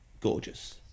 Gorgeous